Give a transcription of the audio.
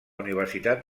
universitat